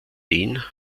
den